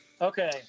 Okay